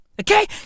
Okay